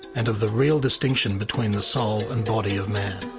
and of the real distinction between the soul and body of man.